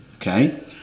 Okay